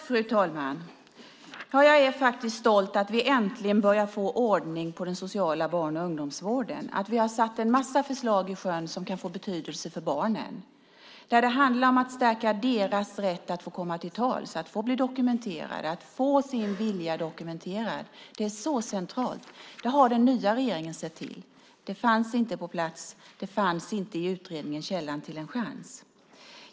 Fru talman! Jag är faktiskt stolt över att vi äntligen börjar få ordning på den sociala barn och ungdomsvården, att vi har satt en massa förslag i sjön som kan få betydelse för barnen där det handlar om att stärka deras rätt att få komma till tals, att bli dokumenterade, att få sin vilja dokumenterad. Det är så centralt. Det har den nya regeringen sett till. Det fanns inte på plats. Det fanns inte i utredningen Källan till en chans .